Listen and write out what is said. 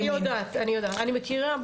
אני יודעת, אני מכירה.